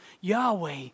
Yahweh